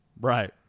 Right